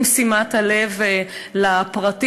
עם שימת הלב לפרטים,